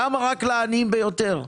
למה רק לעניים ביותר?